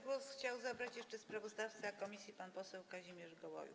Głos chciał zabrać jeszcze sprawozdawca komisji pan poseł Kazimierz Gołojuch.